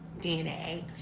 DNA